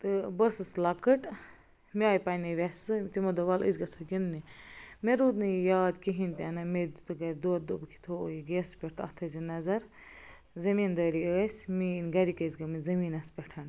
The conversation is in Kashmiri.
تہٕ بہٕ أسٕس لَۄکٕٹۍ مےٚ آیہِ پننہِ ویٚسہٕ تِمو دوٚپ وَلہٕ أسۍ گَژھو گنٛدٕنہِ مےٚ روٗد نہٕ یہِ یاد کِہیٖنۍ تہِ نہٕ مےٚ دیٛتکھ گھرِ دۄدھ دوٚپُکھ یہِ تھووٕے گیسَس پٮ۪ٹھ تہٕ اَتھ تھایہِ زِ نظر زمیٖندٲری ٲسۍ میٛٲنۍ گَھرِکۍ ٲسی گٔمٕتۍ زمیٖنَس پٮ۪ٹھ